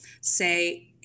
say